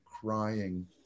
crying